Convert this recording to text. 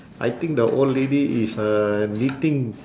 I think the old lady is uh knitting